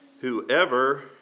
Whoever